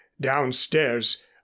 Downstairs